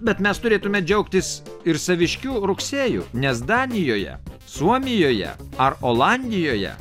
bet mes turėtume džiaugtis ir saviškiu rugsėju nes danijoje suomijoje ar olandijoje